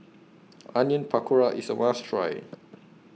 Onion Pakora IS A must Try